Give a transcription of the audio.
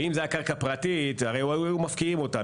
אם זו הייתה קרקע פרטית היו מפקיעים אותה,